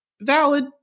Valid